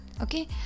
okay